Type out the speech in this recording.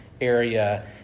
area